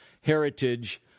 heritage